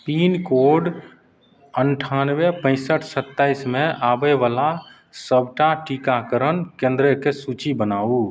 pin code अनठानवे पैँसठि सताइसमे आबैवला सबटा टीकाकरण केन्द्रके सूची बनाउ